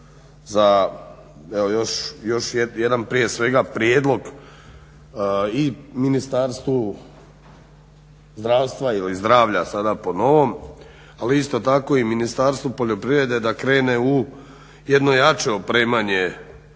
evo još jedan prije svega prijedlog i Ministarstvu zdravstva ili zdravlja sada po novom, ali isto tako i Ministarstvu poljoprivrede da krene u jedno jače opremanje